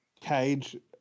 Cage